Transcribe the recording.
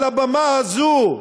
על הבמה הזאת,